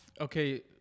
Okay